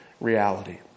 reality